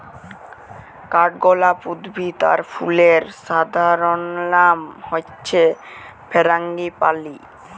কাঠগলাপ উদ্ভিদ আর ফুলের সাধারণলনাম হচ্যে ফারাঙ্গিপালি